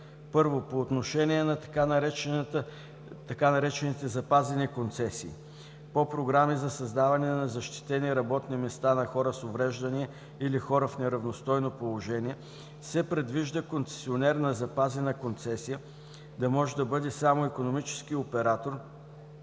1. по отношение на така наречените „запазени концесии“ – по програми за създаване на защитени работни места на хора с увреждания или хора в неравностойно положение се предвижда концесионер на запазена концесия да може да бъде само икономически оператор,